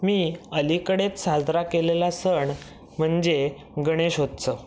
मी अलीकडेच साजरा केलेला सण म्हणजे गणेशोत्सव